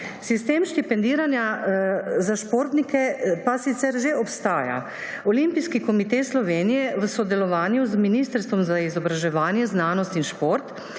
Sistem štipendiranja za športnike pa sicer že obstaja. Olimpijski komite Slovenije v sodelovanju z Ministrstvom za izobraževanje, znanost in šport